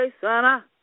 Sana